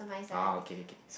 ah okay okay